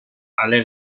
alle